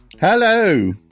Hello